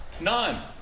None